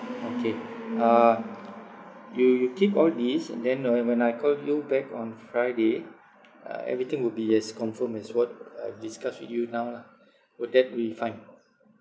okay uh you you you keep all these and then uh when uh I call you back on friday uh everything would be as confirmed as what I discuss with you now lah would that be fine